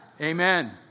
Amen